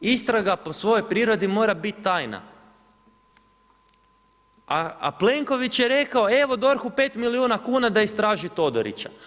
Istraga po svojoj prirodi mora biti tajna, a Plenković je rekao evo DORH-u 5 milijuna kuna da istraži Todorića.